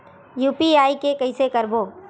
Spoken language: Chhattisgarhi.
यू.पी.आई के कइसे करबो?